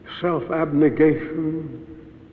self-abnegation